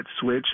switch